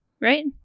right